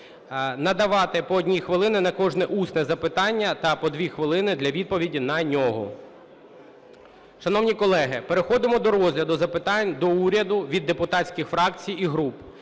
Надавати по одній хвилині на кожне усне запитання та по 2 хвилини для відповіді на нього. Шановні колеги, переходимо до розгляду запитань до Уряду від депутатських фракцій і груп.